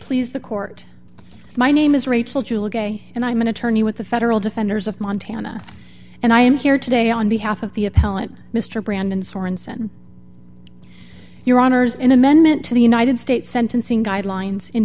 please the court my name is rachel julie gayet and i'm an attorney with the federal defenders of montana and i am here today on behalf of the appellant mr brandon sorenson your honour's in amendment to the united states sentencing guidelines in